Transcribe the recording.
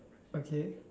okay